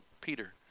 Peter